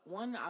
one